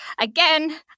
Again